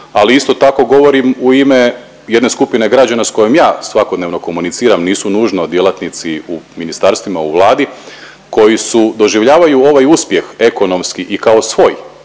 ali isto tako govorim u ime jedne skupine građana s kojim ja svakodnevno komuniciram, nisu nužno djelatnici u ministarstvima u Vladi koji su doživljavaju ovaj uspjeh ekonomski i kao svoj